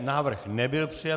Návrh nebyl přijat.